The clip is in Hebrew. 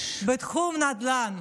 הנדל"ן,